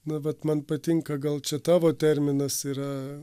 na vat man patinka gal čia tavo terminas yra